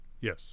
Yes